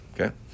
Okay